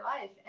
life